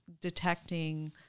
detecting